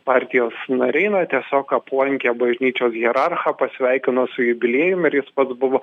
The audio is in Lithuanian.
partijos nariai na tiesiog aplankė bažnyčios hierarchą pasveikino su jubiliejum ir jis pats buvo